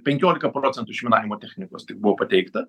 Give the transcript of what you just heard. penkiolika procentų išminavimo technikos taip buvo pateikta